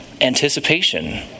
anticipation